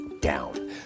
down